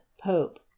Pope